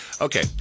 Okay